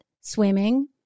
swimming